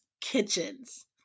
kitchens